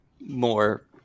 more